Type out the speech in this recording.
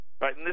right